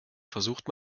versucht